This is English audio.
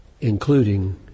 including